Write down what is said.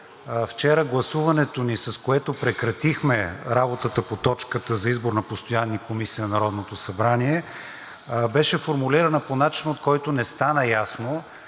вчера гласуването ни, с което прекратихме работата по точката за избор на постоянни комисии на Народното събрание, беше формулирана по начин, от който не стана ясно,